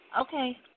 okay